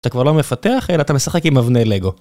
אתה כבר לא מפתח אלא אתה משחק עם אבני לגו.